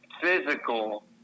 physical